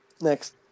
Next